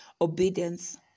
obedience